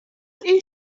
این